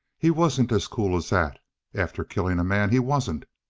he wasn't as cool as that after killing a man. he wasn't.